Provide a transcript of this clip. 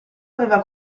aveva